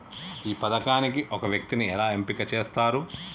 ఈ పథకానికి ఒక వ్యక్తిని ఎలా ఎంపిక చేస్తారు?